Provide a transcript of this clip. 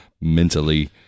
mentally